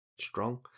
strong